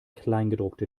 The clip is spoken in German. kleingedruckte